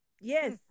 Yes